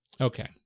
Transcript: Okay